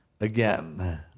Again